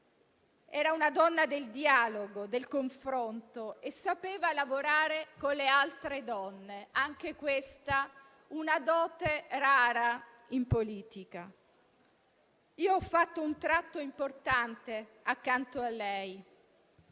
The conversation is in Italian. era una donna del dialogo e del confronto e sapeva lavorare con le altre donne e anche questa è una dote rara in politica. Ho fatto un tratto importante accanto a lei,